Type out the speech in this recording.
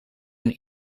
een